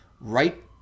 right